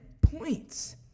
points